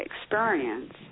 experience